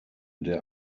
der